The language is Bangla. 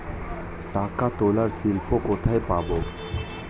টাকা তোলার স্লিপ কোথায় পাব?